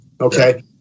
Okay